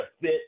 fit